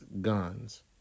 guns